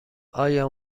آیا